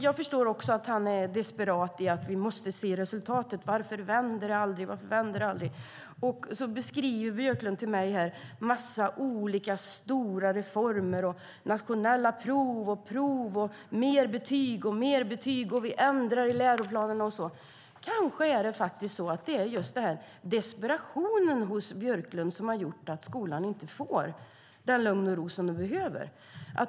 Jag förstår att han är desperat när det gäller att vi måste se resultat. Varför vänder det aldrig? Björklund beskriver här för mig en massa stora reformer och nationella prov. Det är mer och mer betyg, och man ändrar i läroplanerna. Kanske är det så att det är just den här desperationen hos Björklund som har gjort att skolan inte får det lugn och den ro som den behöver.